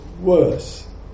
worse